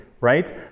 right